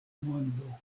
mondo